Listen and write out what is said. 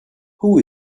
who